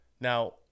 Now